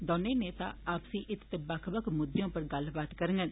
दौनें नेता आपसी हित्त ते बक्ख बक्ख मुद्दें उप्पर गल्लबात करगन